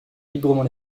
librement